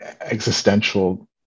existential